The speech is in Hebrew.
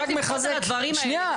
אני חייבת למחות על הדברים האלה.